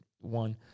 one